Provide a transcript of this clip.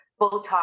Botox